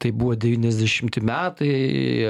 taip buvo devyniasdešimti metai